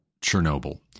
Chernobyl